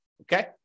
okay